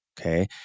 okay